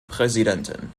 präsidentin